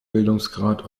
bildungsgrad